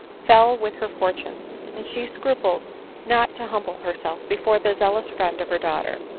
fell with her fortunes and she scrupled not to humble herself before the zeal ous friend of her daughter.